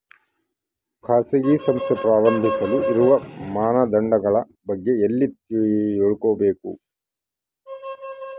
ಖಾಸಗಿ ಸಂಸ್ಥೆ ಪ್ರಾರಂಭಿಸಲು ಇರುವ ಮಾನದಂಡಗಳ ಬಗ್ಗೆ ಎಲ್ಲಿ ತಿಳ್ಕೊಬೇಕು?